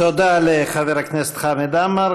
תודה לחבר הכנסת חמד עמאר.